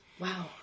Wow